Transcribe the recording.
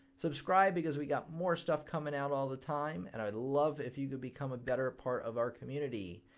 subscribe because we got more stuff coming out all the time and i'd love if you could become a better part of our community.